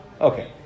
Okay